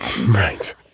Right